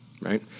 right